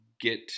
get